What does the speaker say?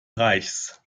reichs